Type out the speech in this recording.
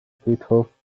friedhof